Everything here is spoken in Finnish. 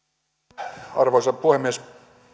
arvoisa arvoisa puhemies